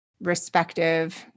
respective